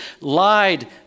lied